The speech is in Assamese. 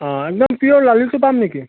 অঁ একদম পিয়'ৰ লালিটো পাম নেকি